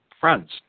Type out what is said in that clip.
friends